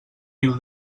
mil